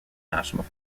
national